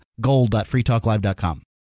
gold.freetalklive.com